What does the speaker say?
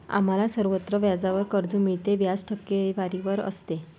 आम्हाला सर्वत्र व्याजावर कर्ज मिळते, व्याज टक्केवारीवर असते